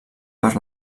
per